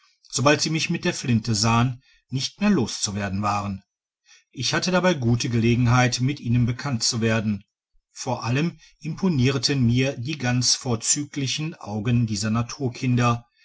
sobald sie mich mit der flinte sahen nicht mehr loszuwerden waren ich hatte dabei gute gelegenheit mit ihnen bekannt zu werden vor allem imponierten mir die ganz vorzüglichen augen dieser naturkinder